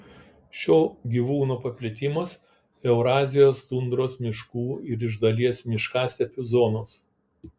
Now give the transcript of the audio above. šio gyvūno paplitimas eurazijos tundros miškų ir iš dalies miškastepių zonos